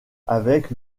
avec